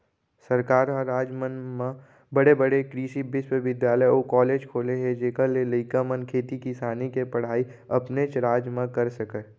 सरकार ह राज मन म बड़े बड़े कृसि बिस्वबिद्यालय अउ कॉलेज खोले हे जेखर ले लइका मन खेती किसानी के पड़हई अपनेच राज म कर सकय